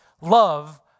love